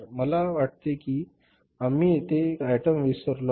मला वाटते की आम्ही येथे एक आयटम विसरलो आहे